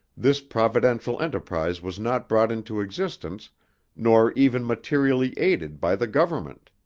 this providential enterprise was not brought into existence nor even materially aided by the government.